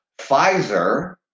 Pfizer